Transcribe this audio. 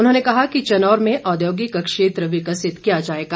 उन्होंने कहा कि चनौर में औद्योगिक क्षेत्र विकसित किया जाएगा